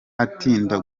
atinda